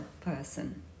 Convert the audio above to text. person